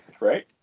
right